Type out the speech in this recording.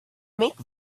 make